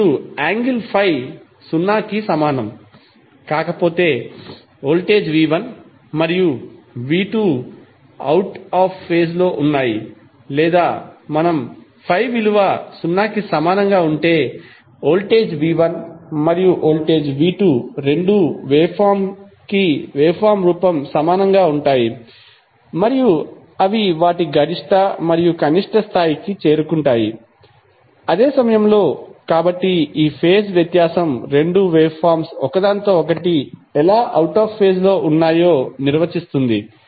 ఇప్పుడు యాంగిల్ ∅ 0 కి సమానం కాకపోతే వోల్టేజ్ v1 మరియు v2 అవుట్ ఆఫ్ ఫేజ్ లో ఉన్నాయి లేదా మనం∅ విలువ 0 కి సమానంగా ఉంటే వోల్టేజ్ v1 మరియు వోల్టేజ్ v2 రెండూ వేవ్ ఫార్మ్ రూపం సమానంగా ఉంటాయి మరియు అవి వాటి గరిష్ట మరియు కనిష్ట స్థాయికి చేరుకుంటాయి అదే సమయం లో కాబట్టి ఈ ఫేజ్ వ్యత్యాసం రెండు వేవ్ ఫార్మ్స్ ఒకదానితో ఒకటి ఎలా అవుట్ ఆఫ్ ఫేజ్ లో ఉన్నాయో నిర్వచిస్తుంది